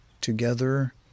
together